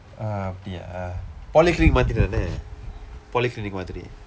ah அப்படியா:appadiyaa polyclinic மாதிரி தானே:maathiri thaanee polyclinic மாதிரி:maathiri